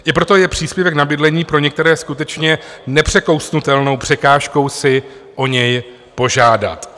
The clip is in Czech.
I proto je příspěvek na bydlení pro některé skutečně nepřekousnutelnou překážkou si o něj požádat.